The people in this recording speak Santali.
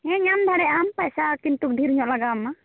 ᱦᱮᱸ ᱧᱟᱢ ᱫᱟᱲᱮᱭᱟᱜ ᱟᱢ ᱯᱚᱭᱥᱟ ᱠᱤᱱᱛᱩ ᱰᱷᱮᱨ ᱧᱚᱜ ᱞᱟᱜᱟᱣᱟᱢᱟ